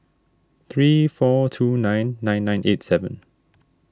three four two nine nine nine eight seven